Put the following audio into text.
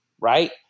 Right